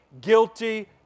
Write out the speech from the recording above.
guilty